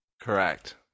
Correct